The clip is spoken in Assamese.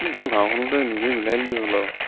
নিজৰ গাঁওখনতে নিজেই মিলাই দিলে হ'ল আৰু